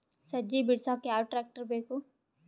ಸಜ್ಜಿ ಬಿಡಸಕ ಯಾವ್ ಟ್ರ್ಯಾಕ್ಟರ್ ಬೇಕು?